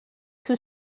two